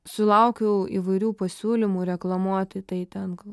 sulaukiau įvairių pasiūlymų reklamuoti tai tenka